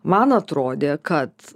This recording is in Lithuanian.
man atrodė kad